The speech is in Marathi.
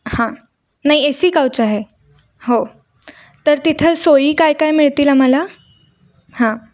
हां नाही ए सी कावच आहे हो तर तिथं सोयी काय काय मिळतील आम्हाला हां